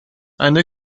eine